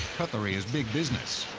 cutlery is big business.